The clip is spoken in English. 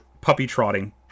puppy-trotting